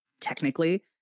technically